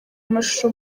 amashusho